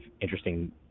interesting